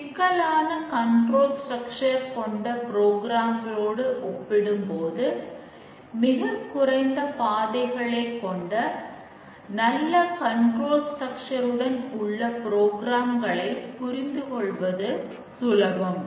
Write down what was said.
சிக்கலான control structure புரிந்து கொள்வது சுலபம்